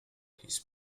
his